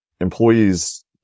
employees